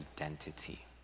identity